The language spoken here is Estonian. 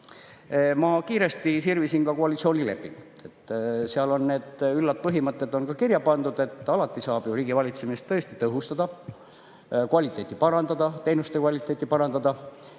Ma sirvisin kiiresti ka koalitsioonilepingut. Seal on need üllad põhimõtted kirja pandud. Alati saab ju riigivalitsemist tõesti tõhustada, kvaliteeti parandada, teenuste kvaliteeti parandada.